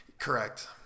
Correct